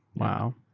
wow.